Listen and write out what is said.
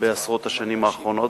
בעשרות השנים האחרונות,